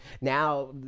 Now